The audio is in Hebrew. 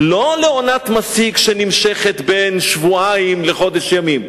לא לעונת מסיק שנמשכת בין שבועיים לחודש ימים,